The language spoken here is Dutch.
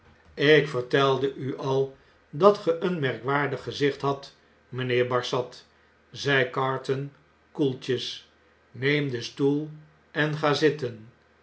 ik vertelde u al dat ge een merkwaardig gezicht had mgnheer barsad zei carton koeltjes neem een stoel en ga zitten